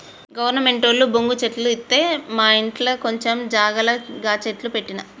గవర్నమెంటోళ్లు బొంగు చెట్లు ఇత్తె మాఇంట్ల కొంచం జాగల గ చెట్లు పెట్టిన